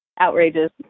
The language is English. outrageous